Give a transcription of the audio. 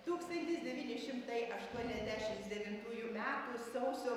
tūkstantis devyni šimtai aštuoniasdešims devintųjų metų sausio